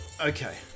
Okay